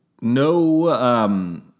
No